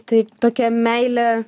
taip tokia meilė